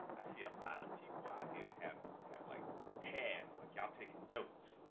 i see a lot of people out here have have like pads like you're taking notes,